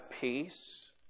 peace